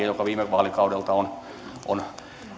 joka viime vaalikaudelta on on